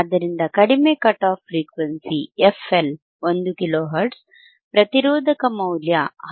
ಆದ್ದರಿಂದ ಕಡಿಮೆ cut off frequency fL 1 kilo hertz ಪ್ರತಿರೋಧಕ ಮೌಲ್ಯ 10 ಕಿಲೋ ಓಮ್